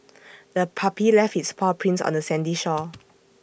the puppy left its paw prints on the sandy shore